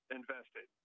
invested